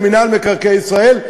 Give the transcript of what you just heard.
זה מינהל מקרקעי ישראל.